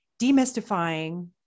demystifying